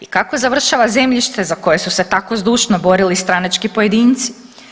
I kako završava zemljište za koje su se tako zdušno borili stranački pojedinci.